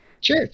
sure